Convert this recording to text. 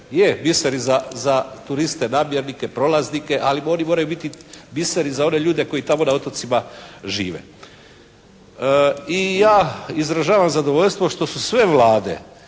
Je, biseri za turiste, namjernike, prolaznike, ali oni moraju biti biseri za one ljudi koji tamo na otocima žive. I ja izražavam zadovoljstvo što su sve vlade